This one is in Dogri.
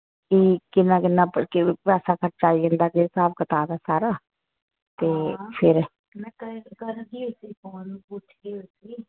कि किन्ना किन्ना के पैसा खर्चा आई जंदा केह् स्हाब कताब ऐ सारा ते फिर